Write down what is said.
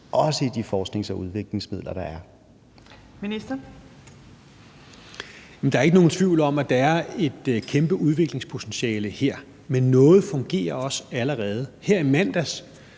landbrug og fiskeri (Rasmus Prehn): Der er ikke nogen tvivl om, at der er et kæmpe udviklingspotentiale her, men noget fungerer også allerede. Her i mandags